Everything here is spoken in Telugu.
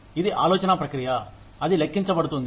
ఇది ఆలోచన ప్రక్రియ అది లెక్కించబడుతుంది